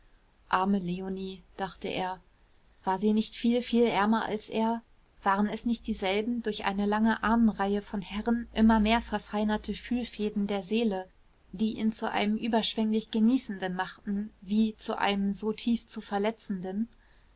arme leonie dachte er war sie nicht viel viel ärmer als er waren es nicht dieselben durch eine lange ahnenreihe von herren immer mehr verfeinerten fühlfäden der seele die ihn zu einem überschwenglich genießenden machten wie zu einem so tief zu verletzenden